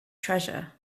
treasure